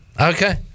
okay